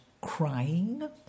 crying